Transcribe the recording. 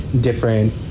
different